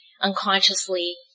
unconsciously